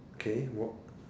K work